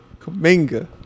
Kaminga